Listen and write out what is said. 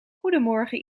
goedemorgen